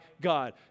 God